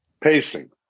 pacing